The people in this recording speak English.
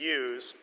use